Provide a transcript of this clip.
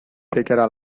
siquiera